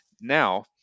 Now